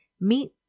Meet